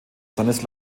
seines